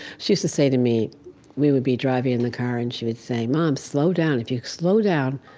she used to say to me we would be driving in the car, and she would say, mom, slow down. if you slow down,